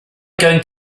going